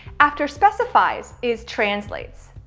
after specifies is translates.